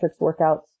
workouts